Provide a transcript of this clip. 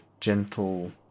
gentle